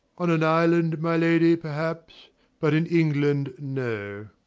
on an island, my lady, perhaps but in england, no.